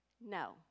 No